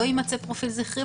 לא יימצא פרופיל זכרי,